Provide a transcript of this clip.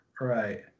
right